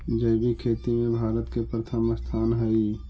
जैविक खेती में भारत के प्रथम स्थान हई